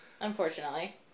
Unfortunately